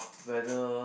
whether